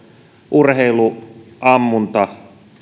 urheiluammunta